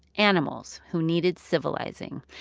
animals who needed civilizing.